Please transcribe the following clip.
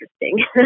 interesting